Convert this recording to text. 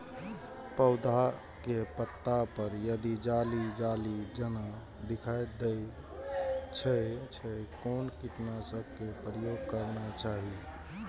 पोधा के पत्ता पर यदि जाली जाली जेना दिखाई दै छै छै कोन कीटनाशक के प्रयोग करना चाही?